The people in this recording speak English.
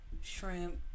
shrimp